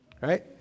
right